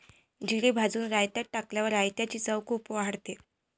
जिरे भाजून रायतात टाकल्यावर रायताची चव खूप वाढते